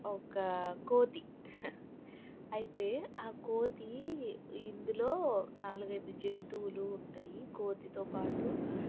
ఒక కోతి అయితే ఆ కోతి ఇందులో నాలుగైదు జంతువులు ఉంటాయి కోతితో పాటు